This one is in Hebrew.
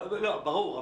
זה ברור.